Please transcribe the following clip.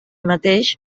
mateix